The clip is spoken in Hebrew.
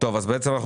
בעצם,